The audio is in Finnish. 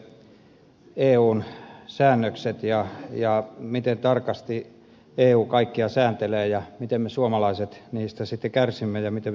kankaanniemi toi esille eun säännökset ja sen miten tarkasti eu kaikkea sääntelee ja miten me suomalaiset niistä sitten kärsimme ja miten me suhtaudumme